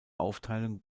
aufteilung